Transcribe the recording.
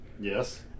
Yes